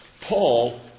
Paul